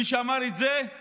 מי שאמר את זה הוא